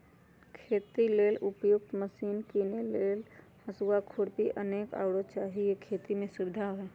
खेती लेल उपयुक्त मशिने कीने लेल हसुआ, खुरपी अनेक आउरो जाहि से खेति में सुविधा होय